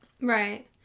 Right